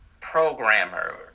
programmer